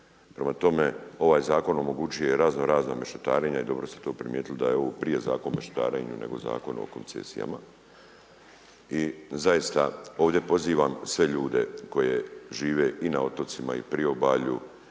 Prema tome, ovaj zakon omogućuje raznorazna mešetarenja i dobro ste to primijetili da je ovo prije zakon o mešetarenju nego Zakon o koncesijama. I zaista ovdje pozivam sve ljude koji žive i na otocima i na priobalju